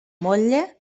motlle